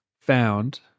found